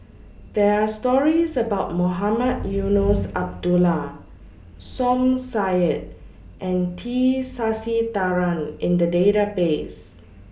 There Are stories about Mohamed Eunos Abdullah Som Said and T Sasitharan in The Database